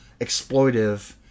exploitive